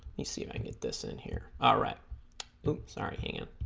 you see if i get this in here all right sorry hanging